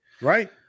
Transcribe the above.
Right